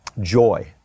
joy